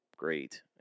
Great